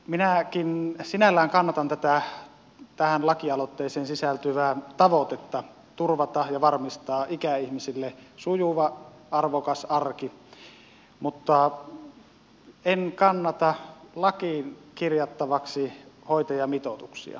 minäkin sinällään kannatan tähän lakialoitteeseen sisältyvää tavoitetta turvata ja varmistaa ikäihmisille sujuva arvokas arki mutta en kannata lakiin kirjattavaksi hoitajamitoituksia